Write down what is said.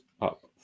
up